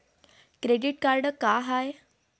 Credit card का हाय?